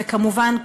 וכמובן,